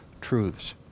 truths